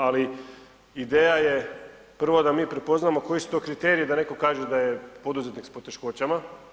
Ali ideja je prvo da mi prepoznamo koji su to kriteriji da netko kaže da je poduzetnik s poteškoćama.